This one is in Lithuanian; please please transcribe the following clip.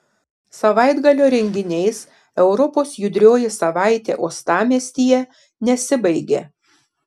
savaitgalio renginiais europos judrioji savaitė uostamiestyje nesibaigė